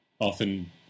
often